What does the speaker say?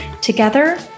Together